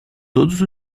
todos